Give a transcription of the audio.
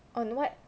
on what